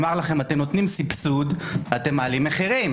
ואמר לכם שאם אתם נותנים סבסוד אתם מעלים מחירים.